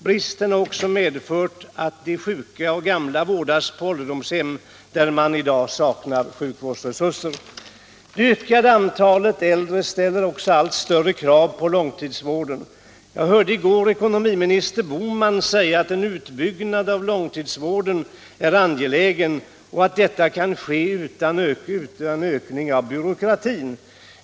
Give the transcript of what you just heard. Bristen har också medfört att de sjuka gamla vårdas på ålderdomshem där man i dag saknar sjukvårdsresurser. Det ökade antalet äldre ställer också allt större krav på långtidssjukvården. Jag hörde i går ekonomiminister Bohman säga att en utbyggnad av långtidsvården är angelägen och att den kan ske utan ökning av byråkratin.